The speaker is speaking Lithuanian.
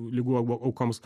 ligų au aukoms